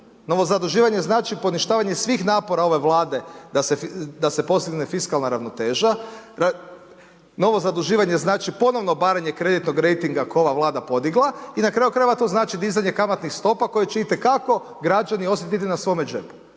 Novo zaduživanje znači poništavanje svih napora ove Vlade da se postigne fiskalna ravnoteža. Novo zaduživanje znači ponovno obaranje kreditnog rejtinga koji je ova Vlada podigla i na kraju krajeva to znači dizanje kamatnih stopa koje će itekako građani osjetiti na svome džepu.